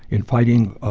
in fighting